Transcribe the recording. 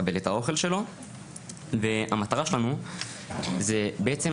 יקבל את האוכל שלו והמטרה שלנו זה בעצם,